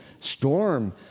Storm